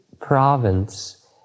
province